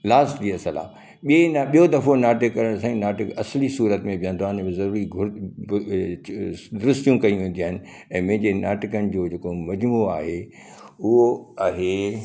last rehearsal आहे ॿी न ॿियो दफ़ो नाटक करण सां नाटक असली सूरत में ॿिहंदो आहे उन में ज़रूरी घुर द्रिस्यूं कई वेंदियूं आहिनि ऐं मुंहिंजे नाटकनि जो जेको मज़ूमो आहे उओ आहे